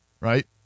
right